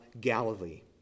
Galilee